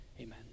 Amen